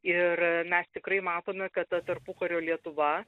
ir mes tikrai matome kad ta tarpukario lietuva